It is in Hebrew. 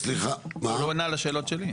הוא לא ענה על השאלות שלי.